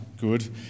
Good